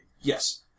Yes